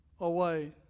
away